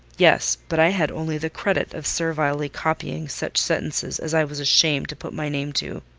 yes, but i had only the credit of servilely copying such sentences as i was ashamed to put my name to.